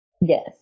Yes